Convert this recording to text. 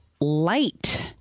light